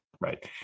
right